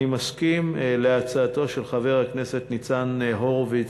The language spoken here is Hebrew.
אני מסכים להצעתו של חבר הכנסת ניצן הורוביץ,